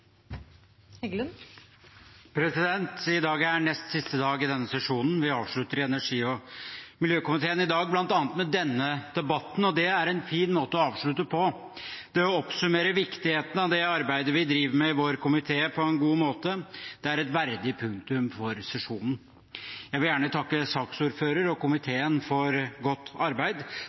nest siste dag i denne sesjonen, og vi avslutter i miljø- og energikomiteen i dag med bl.a. denne debatten. Det er en fin måte å avslutte på. Det oppsummerer viktigheten av det arbeidet vi driver med i vår komité, på en god måte. Det er et verdig punktum for sesjonen. Jeg vil gjerne takke saksordføreren og komiteen for godt arbeid,